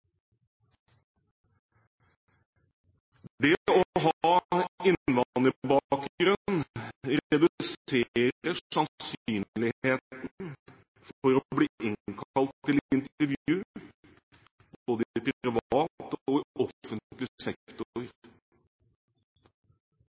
Det å ha innvandrerbakgrunn reduserer sannsynligheten for å bli innkalt til intervju både i privat og i offentlig sektor.